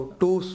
two